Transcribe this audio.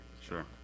Sure